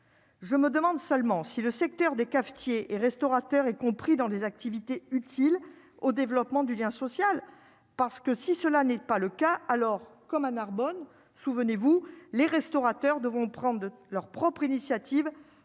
Je me demande seulement si le secteur des cafetiers et restaurateurs et compris dans des activités utiles au développement du lien social, parce que si cela n'est pas le cas, alors comme à Narbonne, souvenez-vous, les restaurateurs devront prendre de leur propre initiative,